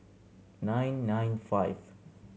nine nine five